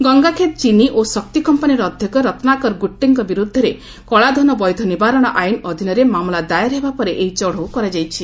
ଗଙ୍ଗାଖେଡ଼ ଚିନି ଓ ଶକ୍ତି କମ୍ପାନୀର ଅଧ୍ୟକ୍ଷ ରତ୍ନାକର ଗୁଟ୍ଟେଙ୍କ ବିରୋଧରେ କଳାଧନ ବୈଧ ନିବାରଣ ଆଇନ ଅଧୀନରେ ମାମଲା ଦାଏର ହେବା ପରେ ଏହି ଚଢ଼ଉ କରାଯାଇଛି